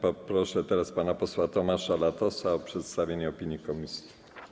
Poproszę teraz pana posła Tomasza Latosa o przedstawienie opinii komisji.